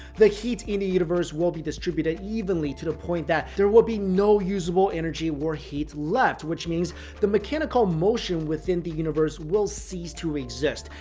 the heat in the universe will be distributed evenly to the point that there would be no usable energy or heat left, which means the mechanical motion within the universe will cease to exist.